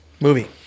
movie